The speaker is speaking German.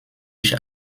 ich